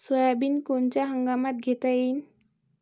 Soybean कोनच्या हंगामात घेता येईन?